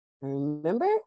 Remember